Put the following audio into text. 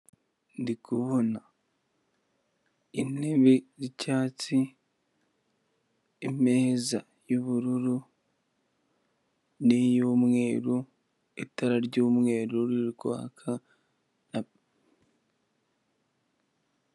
Ndi kubona intebe z'icyatsi, imeza y'ubururu n'iyumweru, itara ry'umweru riri kwaka na....